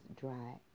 dry